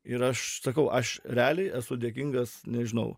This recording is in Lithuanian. ir aš sakau aš realiai esu dėkingas nežinau